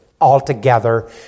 altogether